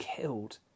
killed